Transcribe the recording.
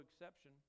exception